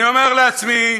אני אומר לעצמי,